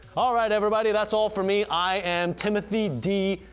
all right everybody, that's all from me i am timothy d.